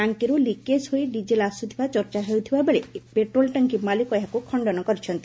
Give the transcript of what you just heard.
ଟାକିରୁ leakage ହୋଇ diesel ଆସୁଥିବା ଚର୍ଚ୍ଚା ହେଉଥିବାବେଳେ ପେଟ୍ରୋଲ ଟାକି ମାଲିକ ଏହାକୁ ଖଣ୍ଡନ କରିଛନ୍ତି